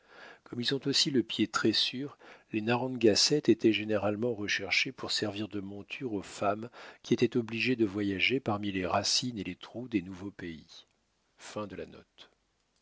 comme ils ont aussi le pied très sûr les narrangasets étaient généralement recherchés pour servir de monture aux femmes qui étaient obligées de voyager parmi les racines et les trous des nouveauxpays